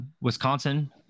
Wisconsin